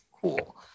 cool